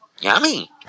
Yummy